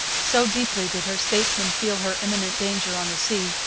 so deeply did her statesmen feel her imminent danger on the sea,